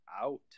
out